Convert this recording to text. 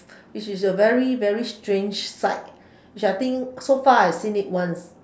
which is a very very strange sight which I think so far I've seen it once